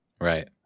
Right